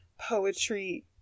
poetry